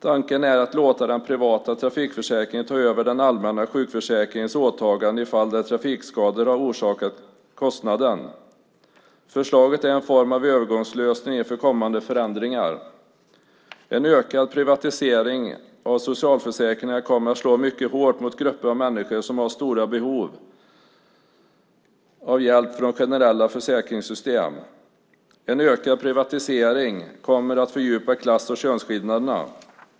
Tanken är att låta den privata trafikförsäkringen ta över den allmänna sjukförsäkringens åtagande i fall där trafikskador har orsakat kostnaden. Förslaget är en form av övergångslösning inför kommande förändringar. En ökad privatisering av socialförsäkringarna kommer att slå mycket hårt mot grupper av människor som har stora behov av hjälp från generella försäkringssystem. En ökad privatisering kommer att fördjupa klass och könsskillnaderna.